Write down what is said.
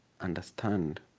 Understand